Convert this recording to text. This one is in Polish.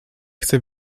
chcę